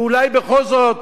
ואולי בכל זאת